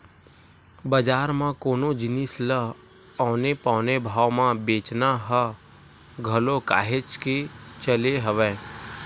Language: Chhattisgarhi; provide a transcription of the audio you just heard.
बजार म कोनो जिनिस ल औने पौने भाव म बेंचना ह घलो काहेच के चले हवय